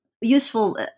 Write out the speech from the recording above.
useful